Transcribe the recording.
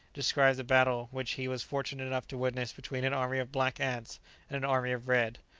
describes a battle which he was fortunate enough to witness between an army of black ants and an army of red.